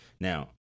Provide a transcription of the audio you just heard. Now